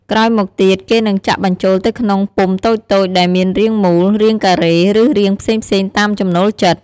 ក្រោយមកទៀត គេនឹងចាក់បញ្ចូលទៅក្នុងពុម្ពតូចៗដែលមានរាងមូល រាងការ៉េ ឬរាងផ្សេងៗតាមចំណូលចិត្ត។